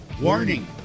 warning